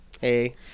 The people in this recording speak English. hey